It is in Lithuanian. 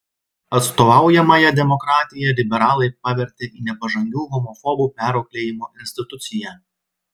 atstovaujamąja demokratiją liberalai pavertė į nepažangių homofobų perauklėjimo instituciją